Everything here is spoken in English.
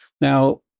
Now